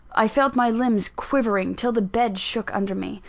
i felt my limbs quivering, till the bed shook under me.